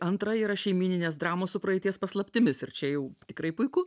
antra yra šeimyninės dramos su praeities paslaptimis ir čia jau tikrai puiku